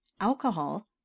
alcohol